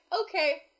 okay